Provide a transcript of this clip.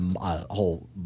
whole